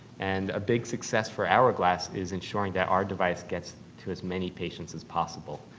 and a big success for hourglass is ensuring that our device gets to as many patients as possible.